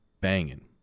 banging